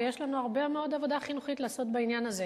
ויש לנו עוד הרבה מאוד עבודה חינוכית לעשות בעניין הזה.